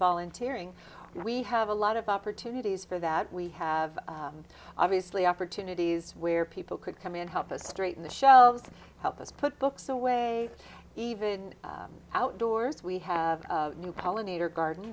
volunteering and we have a lot of opportunities for that we have obviously opportunities where people could come in and help us straight on the shelves help us put books away even outdoors we have a new pollinator garden